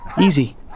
Easy